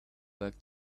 back